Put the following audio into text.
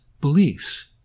beliefs